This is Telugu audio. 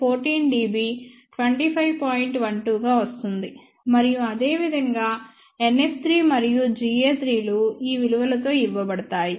12 గా వస్తుంది మరియు అదేవిధంగా NF3 మరియు Ga3 లు ఈ విలువలతో ఇవ్వబడతాయి